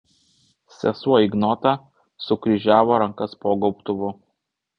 sesuo ignota sukryžiavo rankas po gobtuvu